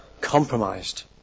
compromised